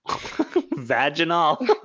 Vaginal